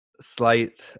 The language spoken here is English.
slight